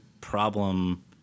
problem